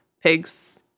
Pigs